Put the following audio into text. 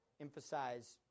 emphasize